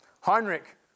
Heinrich